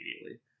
immediately